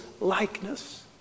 likeness